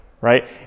right